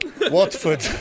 Watford